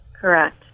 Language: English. Correct